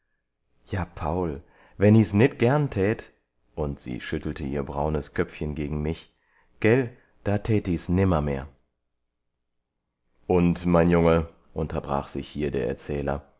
ja paul wenn i s nit gern tät und sie schüttelte ihr braunes köpfchen gegen mich gel da tät i s nimmermehr und mein junge unterbrach sich hier der erzähler